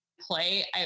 play